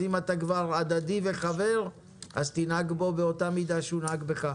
ואם אתה הדדי וחבר אז תנהג בו באותה מידה שהוא נהג בך.